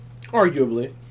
arguably